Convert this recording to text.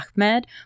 Ahmed